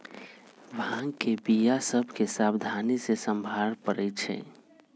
भांग के बीया सभ के सावधानी से सम्हारे परइ छै